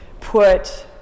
put